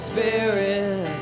Spirit